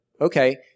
okay